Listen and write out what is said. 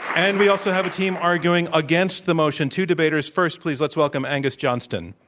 and we also have a team arguing against the motion, two debaters, first, please, let's welcome angus johnston.